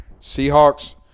Seahawks